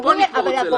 כבר פה אני רוצה לעצור.